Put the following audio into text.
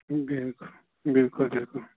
بِلکُل بِِلکُل بِلکُل